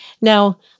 Now